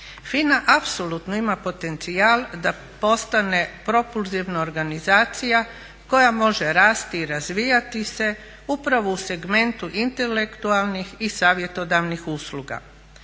FINA apsolutno ima potencijal da postane propulzivno organizacija koja može rasti i razvijati se upravo u segmentu intelektualnih i savjetodavnih usluga.